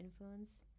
influence